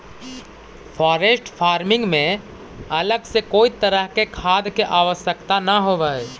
forest farming में अलग से कोई तरह के खाद के आवश्यकता न होवऽ हइ